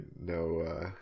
no